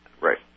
Right